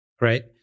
right